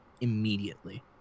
immediately